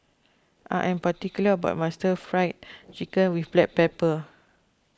I am particular about my Stir Fried Chicken with Black Pepper